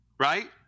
Right